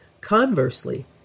Conversely